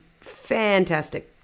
fantastic